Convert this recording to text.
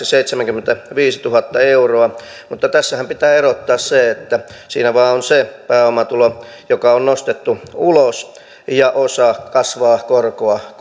seitsemänkymmentäviisituhatta euroa mutta tässähän pitää erottaa se että siinä on vain se pääomatulo joka on nostettu ulos ja osa kasvaa korkoa